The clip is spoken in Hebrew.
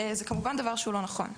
זה כמובן דבר שהוא לא נכון.